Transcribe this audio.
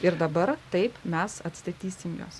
ir dabar taip mes atstatysim juos